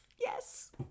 yes